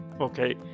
okay